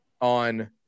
on